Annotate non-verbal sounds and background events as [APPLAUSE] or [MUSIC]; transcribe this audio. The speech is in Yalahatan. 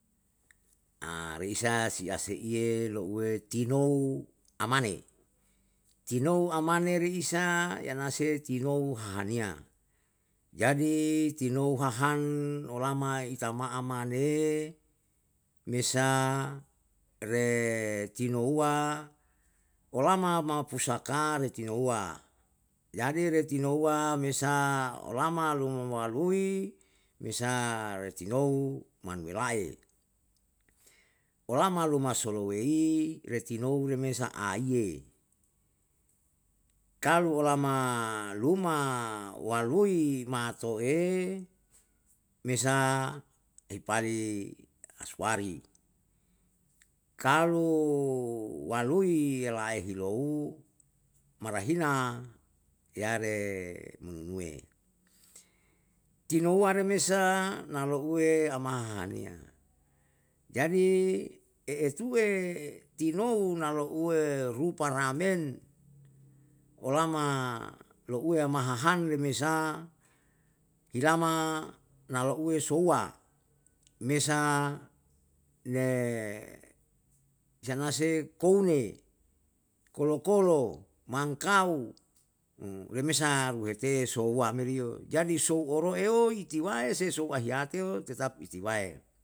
[HESITATION] Risa sia seiye louwe tinou amane, tinou amane riisa yanase tinou hahaniya. Jadi tonou hahan olama itama'a maneye mesa re tinouwa olama mau pusaka re tinouwa. Jadi retinouwa mesaka olama luma maalui, mesa retinou manuela'e. Olama luma solowei. retinou remesa aiye, kalo olama luma walui maoto'e, mesa aipali asuwari. Kalu walui ehale hilou marahina raye nunuwe, tinouwa remesa na louwe ama hahaniya, jadi eetuwe ilou tinou na lou uwe rupa ramen, olama louwe ama hahan remesa ilama na lou uwe souwa, mesa ne sana se koune, kolo kolo, mangkau, [HESITATION] remesa ruhute souwa meri yo jadi sou oro'e yoi tiwae sei sou ahiate'o tetap itiwae